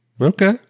Okay